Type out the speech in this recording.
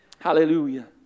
Hallelujah